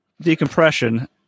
decompression